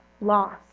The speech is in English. loss